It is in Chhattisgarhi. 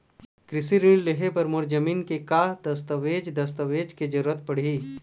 कृषि ऋण लेहे बर मोर जमीन के का दस्तावेज दस्तावेज के जरूरत पड़ही?